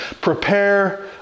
Prepare